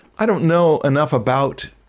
i don't know enough about